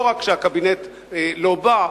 לא רק שהקבינט לא בא,